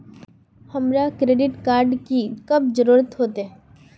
हमरा credit card की कब जरूरत होते?